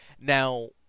Now